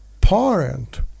parent